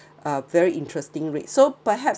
uh very interesting rate so perhaps